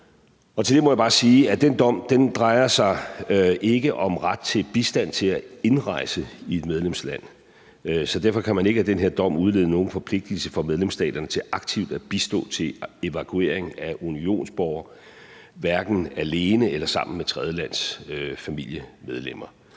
Til det må jeg sige, at den dom ikke drejer sig om ret til bistand til at indrejse i et medlemsland. Så derfor kan man ikke af den her dom udlede nogen forpligtigelse for medlemsstaterne til aktivt at bistå til evakuering af unionsborgere, hverken alene eller sammen med tredjelandsfamiliemedlemmer.